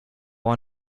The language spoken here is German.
auch